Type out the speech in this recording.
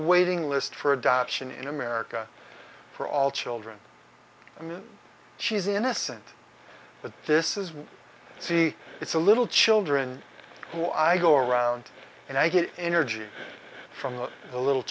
waiting list for adoption in america for all children i mean she's innocent but this is see it's a little children who i go around and i get energy from the the little